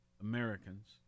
Americans